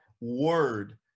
word